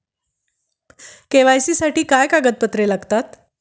KYC साठी काय कागदपत्रे लागतात?